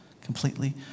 completely